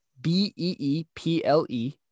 b-e-e-p-l-e